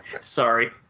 Sorry